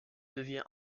devient